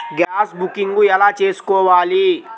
Gas booking ఎలా చేసుకోవాలి?